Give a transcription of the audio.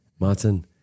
Martin